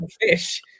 Fish